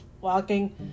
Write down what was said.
walking